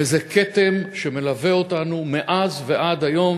וזה כתם שמלווה אותנו מאז ועד היום,